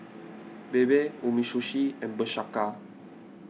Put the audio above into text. Bebe Umisushi and Bershka